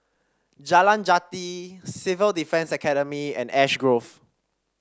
Jalan Jati Civil Defence Academy and Ash Grove